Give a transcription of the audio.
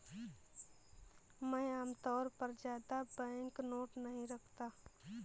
मैं आमतौर पर ज्यादा बैंकनोट नहीं रखता